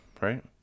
right